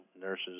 nurses